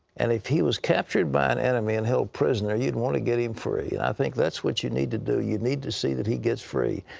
and if he was captured by an enemy and held prisoner, you'd want to get him free. and i think that's what you need to do. you need to see that he gets free.